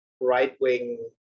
right-wing